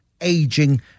aging